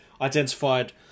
identified